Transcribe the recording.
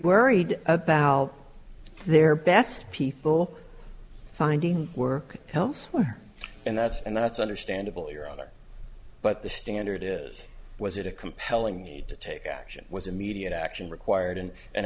worried about their best people finding work elsewhere and that's and that's understandable you're either but the standard is was it a compelling need to take action was immediate action required and and